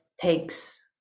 takes